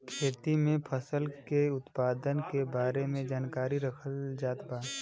खेती में फसल के उत्पादन के बारे में जानकरी रखल जात बा